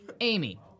Amy